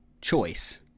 choice